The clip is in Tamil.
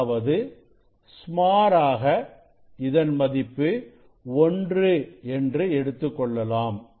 அதாவது சுமாராக இதன் மதிப்பு 1 என்று எடுத்துக்கொள்ளலாம்